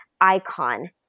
icon